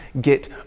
get